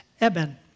eben